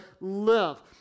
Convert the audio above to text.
live